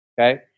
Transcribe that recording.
okay